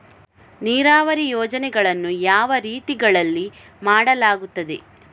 ನೀರಾವರಿ ಯೋಜನೆಗಳನ್ನು ಯಾವ ರೀತಿಗಳಲ್ಲಿ ಮಾಡಲಾಗುತ್ತದೆ?